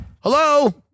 Hello